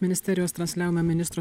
ministerijos transliavome ministro